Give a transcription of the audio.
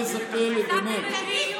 תגיד,